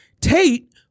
Tate